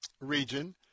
Region